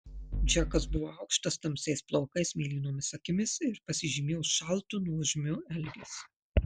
džekas buvo aukštas tamsiais plaukais mėlynomis akimis ir pasižymėjo šaltu nuožmiu elgesiu